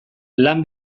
lan